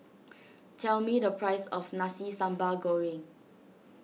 tell me the price of Nasi Sambal Goreng